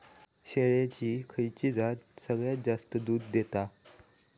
शेळ्यांची खयची जात सगळ्यात जास्त दूध देता?